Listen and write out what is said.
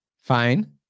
Fine